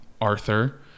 Arthur